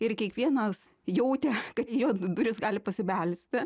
ir kiekvienas jautė kad į jo duris gali pasibelsti